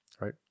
Right